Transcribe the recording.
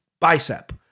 bicep